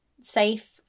safe